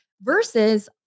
Versus